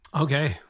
Okay